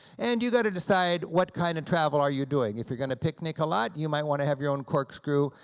and you got to decide what kind of travel are you doing. if you're going to picnic a lot, you might want to have your own corkscrew.